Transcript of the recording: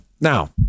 Now